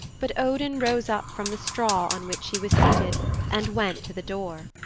but odin rose up from the straw on which he was seated and went to the door.